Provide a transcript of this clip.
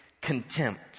contempt